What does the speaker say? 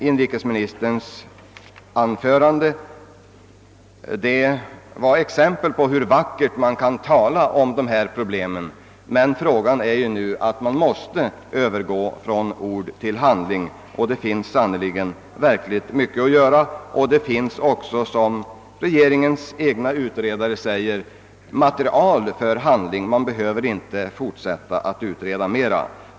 Inrikesministerns slutord i anförandet var ett exempel på hur vackert man kan tala om dessa problem, men nu gäller det att gå från ord till handling — och det finns sannerligen mycket att göra! Som regeringens egna utredare förklarat finns det nu också material för att gå till handling. Man behöver inte utreda mera.